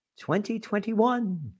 2021